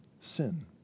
sin